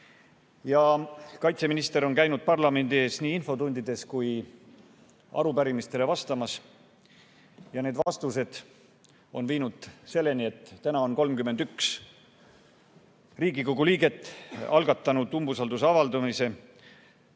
Kaitseminister on käinud parlamendi ees nii infotundides kui ka arupärimistele vastamas. Need vastused on viinud selleni, et täna on 31 Riigikogu liiget algatanud umbusalduse avaldamise